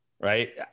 right